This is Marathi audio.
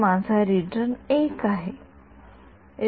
हा माझा रिजन I आहे